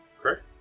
Correct